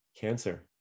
cancer